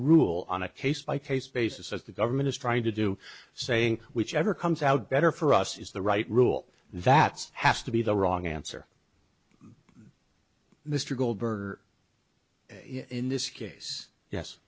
rule on a case by case basis as the government is trying to do saying whichever comes out better for us is the right rule that's has to be the wrong answer mr goldberger in this case yes